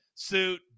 suit